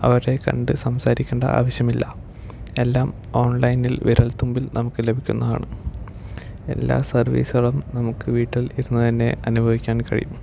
അവരെ കണ്ട് സംസാരിക്കേണ്ട ആവശ്യമില്ല എല്ലാം ഓൺലൈനിൽ വിരൽത്തുമ്പിൽ നമുക്ക് ലഭിക്കുന്നതാണ് എല്ലാ സർവീസുകളും നമുക്ക് വീട്ടിൽ ഇരുന്നു തന്നെ അനുഭവിക്കാൻ കഴിയും